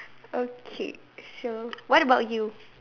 okay so what about you